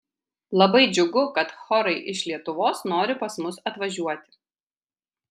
labai džiugiu kad chorai iš lietuvos nori pas mus atvažiuoti